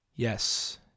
Yes